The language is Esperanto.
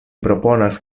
proponas